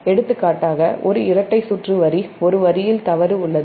எடுத்துக்காட்டாக ஒரு இரட்டை சுற்று வரி ஒரு வரியில் தவறு உள்ளது